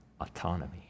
autonomy